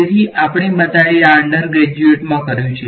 તેથી આપણે બધાએ આ અંડરગ્રેજ્યુએટ કર્યું છે